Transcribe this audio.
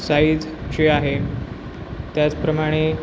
size जे आहे त्याचप्रमाणे